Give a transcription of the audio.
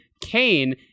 Kane